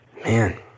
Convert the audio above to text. Man